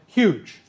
huge